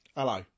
Hello